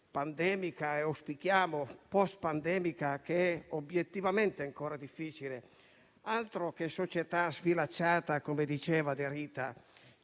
pandemica e - auspichiamo - *post* pandemica, che obiettivamente è ancora difficile. Altro che società sfilacciata, come diceva De Rita!